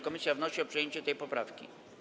Komisja wnosi o przyjęcie tej poprawki.